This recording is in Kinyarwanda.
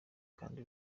kandi